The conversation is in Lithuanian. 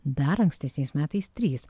dar ankstesniais metais trys